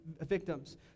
victims